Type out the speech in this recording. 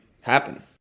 happen